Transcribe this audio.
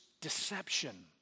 deception